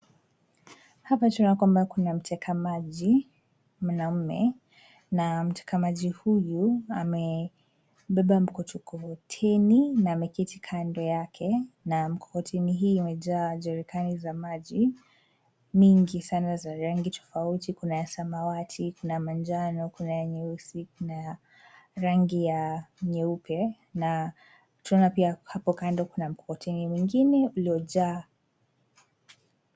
Hapa tunaona kwamba kuna mteka maji mwanaume na mteka maji huyu amebeba mkokoteni na ameketi kando yake na mkokoteni hii imejaa jerikani za maji mingi sana za rangi tofauti, kuna ya samawati, kuna manjano, kuna ya nyeusi, kuna rangi ya nyeupe na tunaona pia hapo kando na mkokoteni mwingine uliojaa.